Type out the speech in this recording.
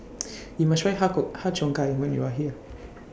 YOU must Try Har Har Cheong Gai when YOU Are here